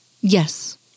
Yes